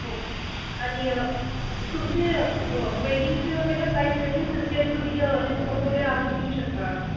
हो आणि तुमचे व वेडिंगचे वगैरे प्राईज एवढीच दिसते तुम्ही डिस्काउंट वगैरे अजून देऊ शकता मला